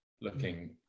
looking